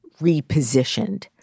repositioned